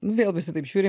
vėl visi taip žiūri